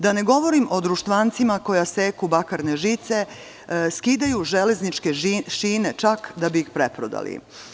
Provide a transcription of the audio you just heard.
Da ne govorim o društvancima koji seku bakarne žice, skidaju železničke šine da bi ih preprodali.